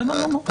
בסדר גמור.